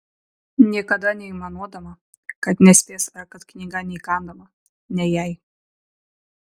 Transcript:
niekada neaimanuodama kad nespės ar kad knyga neįkandama ne jai